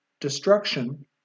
destruction